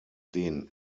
den